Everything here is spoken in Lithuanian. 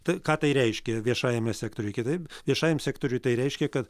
tai ką tai reiškia viešajame sektoriuje kitaip viešajam sektoriui tai reiškia kad